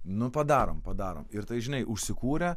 nu padarom padarom ir tai žinai užsikūrė